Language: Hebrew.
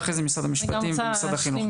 ואחרי זה משרד המשפטים ומשרד החינוך.